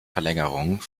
verlängerung